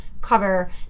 cover